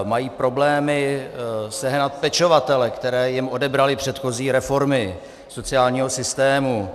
Mají problémy sehnat pečovatele, které jim odebraly předchozí reformy sociálního systému.